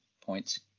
points